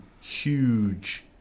huge